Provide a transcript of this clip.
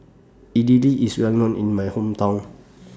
Idili IS Well known in My Hometown